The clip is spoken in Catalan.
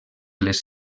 les